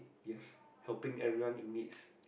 yes helping everyone in need